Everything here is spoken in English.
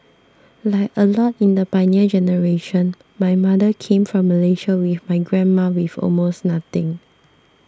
like a lot in the Pioneer Generation my mother came from Malaysia with my grandma with almost nothing